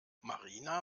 marina